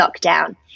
lockdown